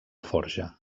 forja